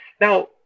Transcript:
Now